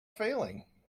failing